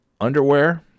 underwear